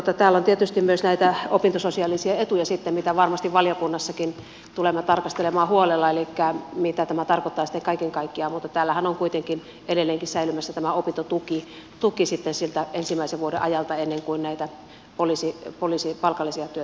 täällä on tietysti sitten myös näitä opintososiaalisia etuja mitä varmasti valiokunnassakin tulemme tarkastelemaan huolella elikkä mitä tämä tarkoittaa sitten kaiken kaikkiaan mutta täällähän on kuitenkin edelleenkin säilymässä tämä opintotuki ensimmäisen vuoden ajalta ennen kuin näitä poliisin palkallisia työ